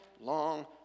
long